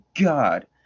God